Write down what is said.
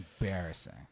embarrassing